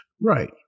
Right